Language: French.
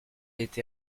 été